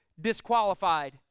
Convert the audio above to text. disqualified